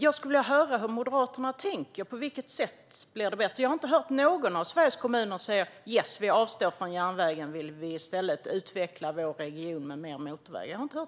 Jag skulle vilja höra hur Moderaterna tänker. På vilket sätt blir det bättre? Jag har inte hört någon av Sveriges kommuner säga: Yes, vi avstår från järnvägen. Vi vill i stället utveckla vår region med mer motorvägar.